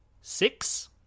six